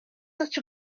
such